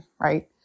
right